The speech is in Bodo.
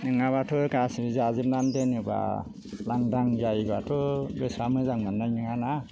नङाब्लाथ' गासै जाजोबनानै दोनोब्ला लांदां जायोब्लाथ' गोसोआ मोजां मोननाय नङाना